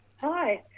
Hi